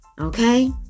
Okay